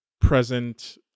present